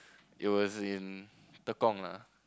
it was in Tekong lah